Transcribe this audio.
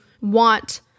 want